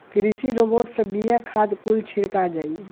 कृषि रोबोट से बिया, खाद कुल छिड़का जाई